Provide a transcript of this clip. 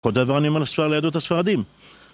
כל דבר אני אומר על יהדות הספרדים.